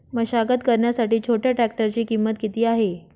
मशागत करण्यासाठी छोट्या ट्रॅक्टरची किंमत किती आहे?